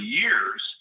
years